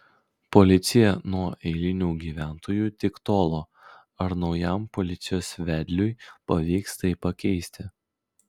policija nuo eilinių gyventojų tik tolo ar naujam policijos vedliui pavyks tai pakeisti